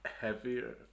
heavier